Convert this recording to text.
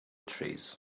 trees